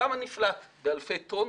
כמה נפלט באלפי טון